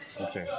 okay